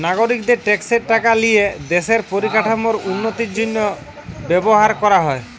নাগরিকদের ট্যাক্সের টাকা লিয়ে দেশের পরিকাঠামোর উন্নতির জন্য ব্যবহার করা হয়